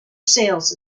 sales